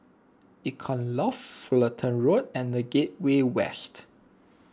Icon Loft Fullerton Road and the Gateway West